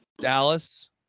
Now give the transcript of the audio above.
Dallas